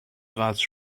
قطع